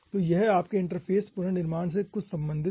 तो यह आपके इंटरफ़ेस पुनर्निर्माण से कुछ संबंधित है